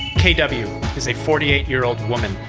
kw is a forty eight year old woman,